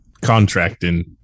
contracting